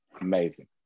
amazing